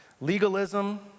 Legalism